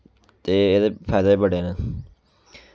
ते एह्दे फाइदे बी बड़े न